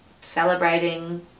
Celebrating